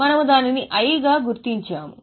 మనము దానిని I గా గుర్తించాము